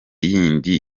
yindi